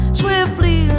swiftly